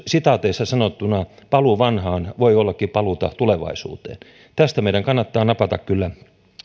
sitaateissa sanottuna paluu vanhaan voi ollakin paluuta tulevaisuuteen tästä meidän kannattaa napata kyllä